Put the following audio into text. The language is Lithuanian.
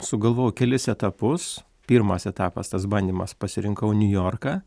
sugalvojau kelis etapus pirmas etapas tas bandymas pasirinkau niujorką